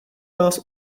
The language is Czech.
vás